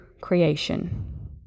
creation